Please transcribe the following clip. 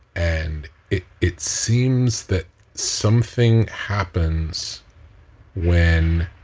and it it seems that something happens when